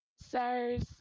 sirs